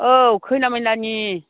औ खोनाबाय नानि